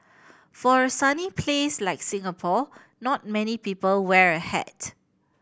for a sunny place like Singapore not many people wear a hat